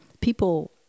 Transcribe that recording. people